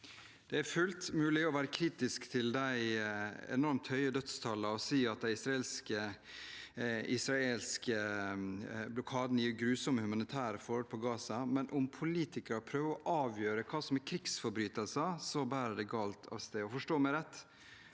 Det er fullt mulig å være kritisk til de enormt høye dødstallene og si at den israelske blokaden gir grusomme humanitære forhold i Gaza, men om politikere prøver å avgjøre hva som krigsforbrytelser, bærer det galt av sted. Forstå meg rett: